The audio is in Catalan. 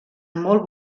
molt